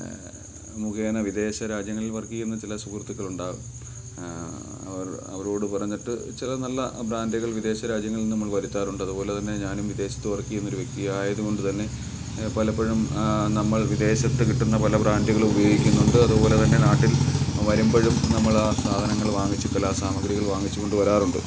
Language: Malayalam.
മുഖേന വിദേശ രാജ്യങ്ങളിൽ വർക്ക് ചെയ്യുന്ന ചില സുഹൃത്തുക്കളുണ്ടാവും അവരോട് പറഞ്ഞിട്ട് ചില നല്ല ബ്രാൻറ്റുകൾ വിദേശ രാജ്യങ്ങളിൽ നിന്നും നമ്മൾ വരുത്താറുണ്ട് അതുപോലെ തന്നെ ഞാനും വിദേശത്ത് വർക്ക് ചെയ്യുന്നൊരു വ്യക്തിയായതുകൊണ്ട് തന്നെ പലപ്പഴും നമ്മൾ വിദേശത്ത് കിട്ടുന്ന പല ബ്രാൻറ്റുകളും ഉപയോഗിക്കുന്നുണ്ട് അതുപോലെ തന്നെ നാട്ടിൽ വരുമ്പഴും നമ്മളാ സാധനങ്ങളു വാങ്ങിച്ചു നമ്മളാ സാമഗ്രികൾ വാങ്ങിച്ച് കൊണ്ട് വരാറുണ്ട്